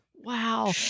Wow